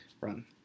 run